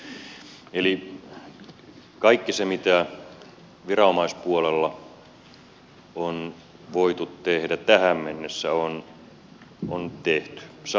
eli kaikki se mitä viranomaispuolella on voitu tehdä tähän mennessä on tehty